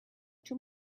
too